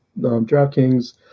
DraftKings